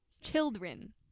children